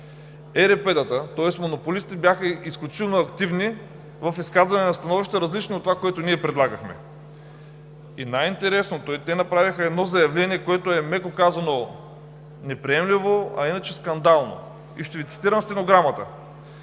ЕРП-тата, тоест монополистите, бяха изключително активни в изказване на становища, различни от това, което ние предлагахме. Най-интересното е, че те направиха едно заявление, което е, меко казано, неприемливо, а иначе скандално. Ще Ви цитирам стенограмата: